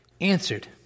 answered